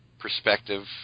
perspective